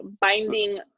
binding